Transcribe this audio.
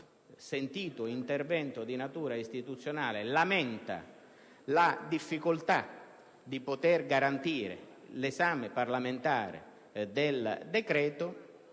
intervento di natura istituzionale, ha lamentato la difficoltà di garantire un esame parlamentare del decreto;